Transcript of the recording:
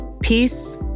Peace